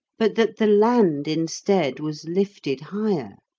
but that the land instead was lifted higher.